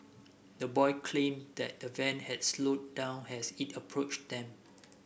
the boy claim that the van had slowed down as it approached them